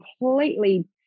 completely